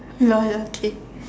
lol okay